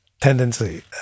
tendency